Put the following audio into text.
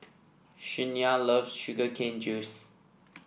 Shania loves Sugar Cane Juice